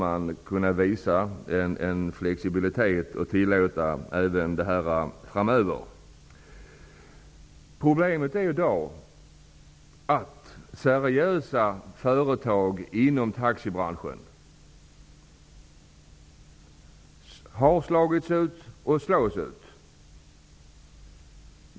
Man borde kunna visa en flexibilitet och tillåta att det sker utan vidareutbildning även framöver. Problemet är i dag att seriösa företag inom taxibranschen har slagits ut och slås ut.